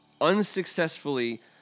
unsuccessfully